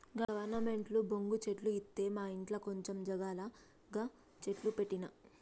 గవర్నమెంటోళ్లు బొంగు చెట్లు ఇత్తె మాఇంట్ల కొంచం జాగల గ చెట్లు పెట్టిన